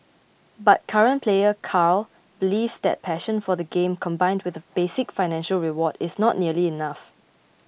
but current player Carl believes that passion for the game combined with a basic financial reward is not nearly enough